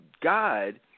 God